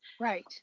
Right